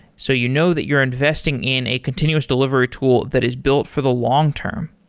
so you know that you're investing in a continuous delivery tool that is built for the long-term.